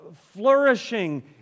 flourishing